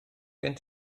gen